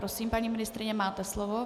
Prosím, paní ministryně, máte slovo.